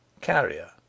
Carrier